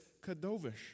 kadovish